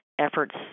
efforts